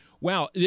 Wow